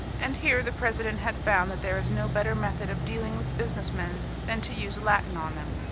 and here the president had found that there is no better method of dealing with businessmen than to use latin on them.